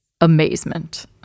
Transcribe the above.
amazement